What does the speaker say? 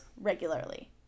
regularly